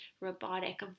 robotic